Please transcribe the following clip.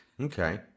okay